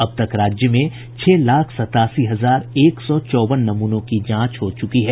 अब तक राज्य में छह लाख सतासी हजार एक सौ चौवन नमूनों की जांच हो चुकी है